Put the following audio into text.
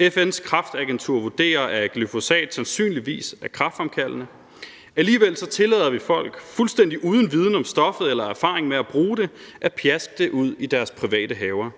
FN's kræftagentur vurderer, at glyfosat sandsynligvis er kræftfremkaldende, og alligevel tillader vi folk fuldstændig uden viden om stoffet eller erfaring med at bruge det at pjaske det ud i deres private haver.